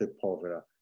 Povera